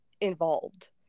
involved